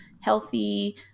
healthy